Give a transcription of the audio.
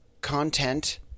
content